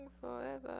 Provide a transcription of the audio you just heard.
forever